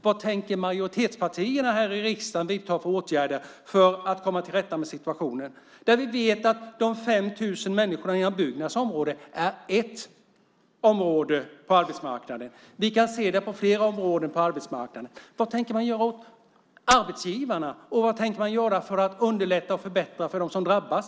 Vad tänker majoritetspartierna här i riksdagen vidta för åtgärder för att komma till rätta med situationen? Vi vet att de 5 000 människorna inom Byggnads är ett område på arbetsmarknaden. Vi kan se detta på flera områden på arbetsmarknaden. Vad tänker man göra åt arbetsgivarna? Vad tänker man göra för att underlätta och förbättra för dem som drabbas?